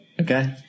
Okay